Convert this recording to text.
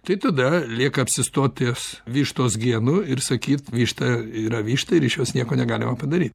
tai tada lieka apsistot ties vištos genu ir sakyt višta yra višta ir iš jos nieko negalima padaryt